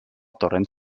torrent